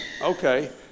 okay